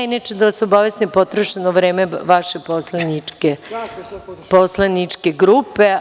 Inače, da vas obavestim, potrošeno je vreme vaše poslaničke grupe.